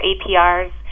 APRs